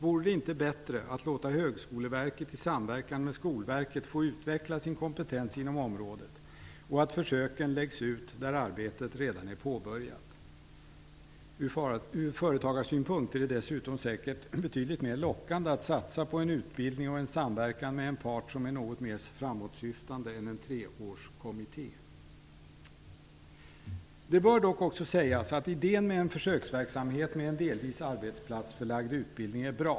Vore det inte bättre att låta Högskoleverket i samverkan med Skolverket få utveckla sin kompetens inom området och att försöken läggs ut där arbetet redan är påbörjat? Ur företagarsynpunkt är det dessutom säker betydligt mer lockande att satsa på en utbildning och en samverkan med en part som är något mer framåtsyftande än en treårskommitté. Det bör dock också sägas att idén med en försöksverksamhet med en delvis arbetsplatsförlagd utbildning är bra.